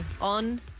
On